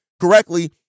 correctly